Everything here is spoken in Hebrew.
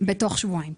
בתוך שבועיים.